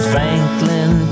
Franklin